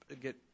get